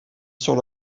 sur